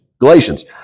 Galatians